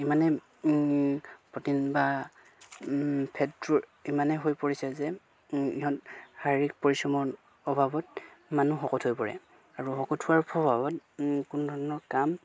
ইমানেই প্ৰটিন বা ফেটটোৰ ইমানেই হৈ পৰিছে যে ইহঁত শাৰীৰিক পৰিশ্ৰমৰ অভাৱত মানুহ শকত হৈ পৰে আৰু শকত হোৱাৰ প্ৰভাৱত কোনো ধৰণৰ কাম